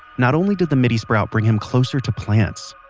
not only did the midi sprout bring him closer to plants,